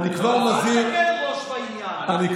כאב ראש בעניין,